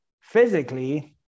physically